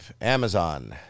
Amazon